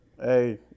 hey